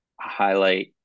Highlight